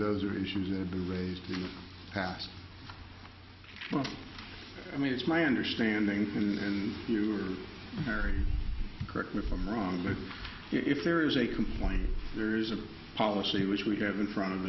those are issues that have been raised in past well i mean it's my understanding and you are very correct me if i'm wrong but if there is a complaint there is a policy which we have in front of